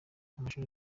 amashuri